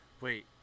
wait